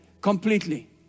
completely